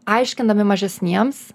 aiškindami mažesniems